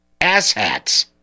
asshats